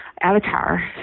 avatar